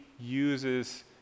uses